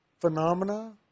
phenomena